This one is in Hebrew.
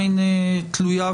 מצוין.